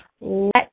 Let